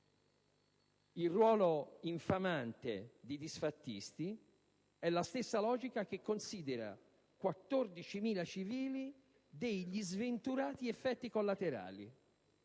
il ruolo infamante di disfattisti è la stessa che considera 14.000 civili degli sventurati effetti collaterali.